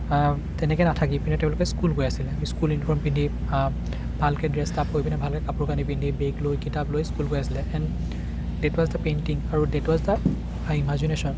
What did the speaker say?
তেনেকৈ নাথাকি পিনে তেওঁলোকে স্কুল গৈ আছিলে স্কুল ইউনিফৰ্ম পিন্ধি ভালকৈ ড্ৰেছ আপ হৈ পিনে ভালকৈ কাপোৰ কানি পিন্ধি বেগ লৈ কিতাপ লৈ স্কুল গৈ আছিলে and that was the painting আৰু ডেট ৱাজ দা ইমাজিনেশ্যন